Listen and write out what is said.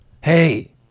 hey